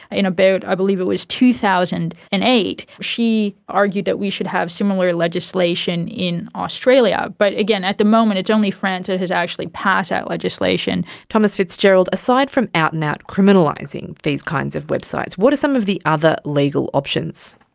in about i believe it was two thousand and eight, she argued that we should have similar legislation in australia. but again, at the moment it is only france that has actually passed that legislation. tomas fitzgerald, aside from out an out criminalising these kinds of websites, what are some of the other legal options?